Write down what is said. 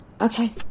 Okay